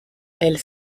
elles